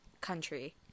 country